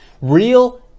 Real